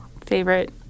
favorite